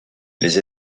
les